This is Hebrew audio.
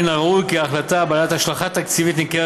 מן הראוי כי החלטה בעלת השלכה תקציבית ניכרת